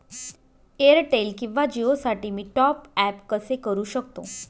Airtel किंवा जिओसाठी मी टॉप ॲप कसे करु शकतो?